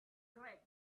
greg